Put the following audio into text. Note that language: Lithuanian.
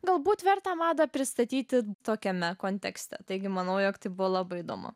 galbūt verta madą pristatyti tokiame kontekste taigi manau jog tai buvo labai įdomu